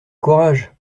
courage